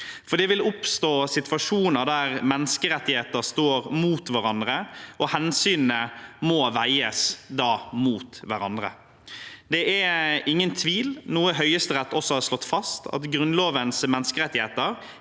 for det vil oppstå situasjoner der menneskerettigheter står mot hverandre, og hensynene må da veies mot hverandre. Det er ingen tvil, noe Høyesterett også har slått fast, om at Grunnlovens menneskerettigheter